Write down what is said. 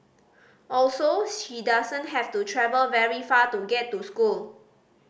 also she doesn't have to travel very far to get to school